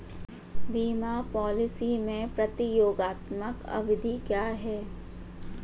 बीमा पॉलिसी में प्रतियोगात्मक अवधि क्या है?